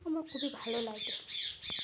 আমার খুবই ভালো লাগে